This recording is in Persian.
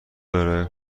داره